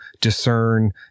discern